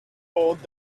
old